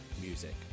music